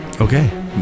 Okay